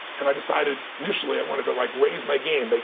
and i decided initially, i wanted to like raise my game. but